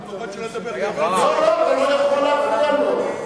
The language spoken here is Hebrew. אני פוחד שלא, לא, אתה לא יכול להפריע לו.